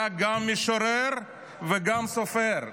הוא היה גם משורר וגם סופר,